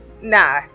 nah